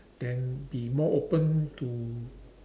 then be more open to